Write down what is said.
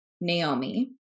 Naomi